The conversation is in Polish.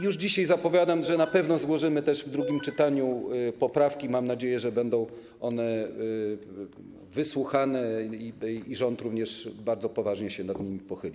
Już dzisiaj zapowiadam, że na pewno złożymy też w drugim czytaniu poprawki, mam nadzieję, że będą wysłuchane i rząd również bardzo poważnie się nad nimi pochyli.